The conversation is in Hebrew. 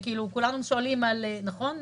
נכון?